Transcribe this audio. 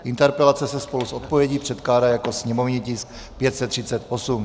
Interpelace se spolu s odpovědí předkládá jako sněmovní tisk 538.